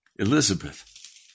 Elizabeth